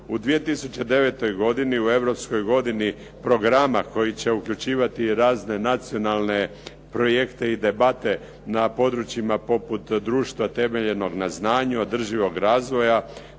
U 2009. godini u europskoj godini programa koji će uključivati razne nacionalne projekte i debate na područjima poput društva temeljenog na znanju održivog razvoja,